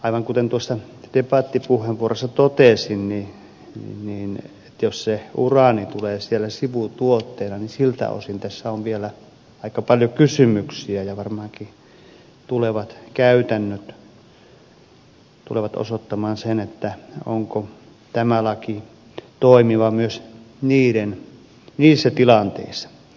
aivan kuten debattipuheenvuorossani totesin jos uraani tulee sivutuotteena niin siltä osin tässä on vielä aika paljon kysymyksiä ja varmaankin tulevat käytännöt tulevat osoittamaan sen onko tämä laki toimiva myös niissä tilanteissa